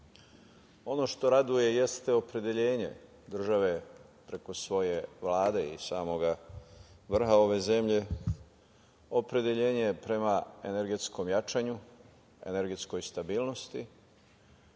što raduje jeste opredeljenje države preko svoje Vlade i samog vrha ove zemlje, opredeljenje prema energetskom jačanju, energetskoj stabilnosti,